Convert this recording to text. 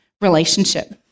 relationship